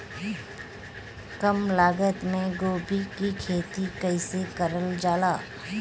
कम लागत मे गोभी की खेती कइसे कइल जाला?